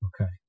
Okay